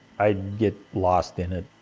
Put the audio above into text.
i get lost in it.